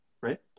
Right